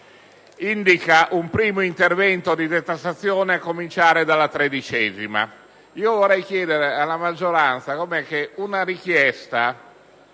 indica un primo intervento di detassazione a cominciare dalla tredicesima.